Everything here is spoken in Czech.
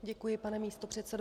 Děkuji, paní místopředsedo.